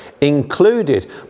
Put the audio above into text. included